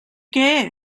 què